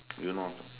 Eunos ah